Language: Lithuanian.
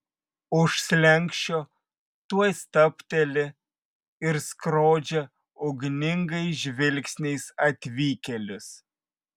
už slenksčio tuoj stabteli ir skrodžia ugningais žvilgsniais atvykėlius